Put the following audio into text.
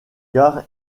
gares